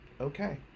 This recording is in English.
okay